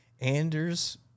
Anders